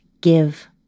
give